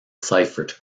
seifert